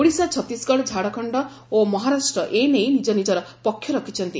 ଓଡିଶା ଛତିଶଗଡ ଝାଡଖଣ୍ଡ ଓ ମହାରାଷ୍ଟ ଏ ନେଇ ନିଜ ନିଜର ପକ୍ଷ ରଖିଛନ୍ତି